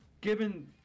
given –